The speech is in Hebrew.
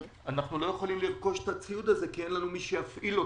אבל אנחנו לא יכולים לרכוש את הציוד הזה כי אין לנו מי שיפעיל אותו,